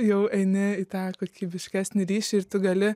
jau eini į tą kokybiškesnį ryšį ir tu gali